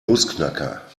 nussknacker